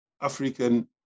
African